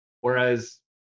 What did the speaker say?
whereas